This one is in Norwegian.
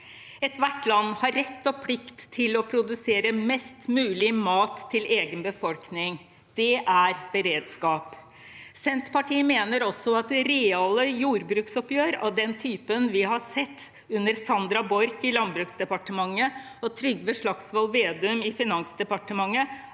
Ethvert land har rett og plikt til å produsere mest mulig mat til egen befolkning. Det er beredskap. Senterpartiet mener også at reale jordbruksoppgjør av den typen vi har sett under Sandra Borch i Landbruksdepartementet og Trygve Slagsvold Vedum i Finansdepartementet,